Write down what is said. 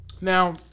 Now